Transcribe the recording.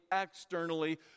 externally